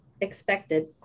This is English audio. Expected